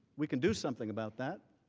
we can do something about that.